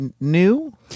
new